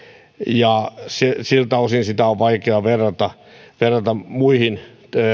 ja siltä osin sitä on vaikea verrata verrata muihin